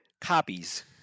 copies